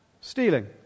stealing